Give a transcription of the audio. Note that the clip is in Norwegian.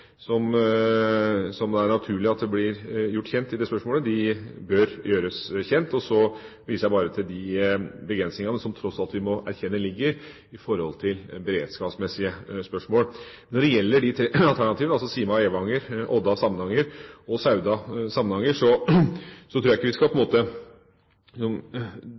viser jeg bare til de begrensningene som vi tross alt må erkjenne ligger der i forhold til beredskapsmessige spørsmål. Når det gjelder de tre alternativene, altså Sima–Evanger, Odda–Samnanger og Sauda–Samnanger, tror jeg på en måte ikke vi skal dramatisere eller gjøre vurderingene rundt de linjetraseene til noe veldig eksklusivt eller nær sagt hemmelig. Det er vurderinger som